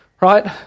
right